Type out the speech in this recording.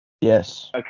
Yes